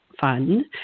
Fund